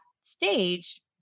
stage